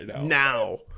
now